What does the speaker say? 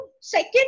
second